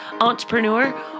Entrepreneur